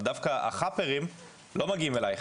דווקא החאפרים לא מגיעים אליך.